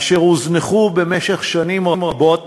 אשר הוזנחו במשך שנים רבות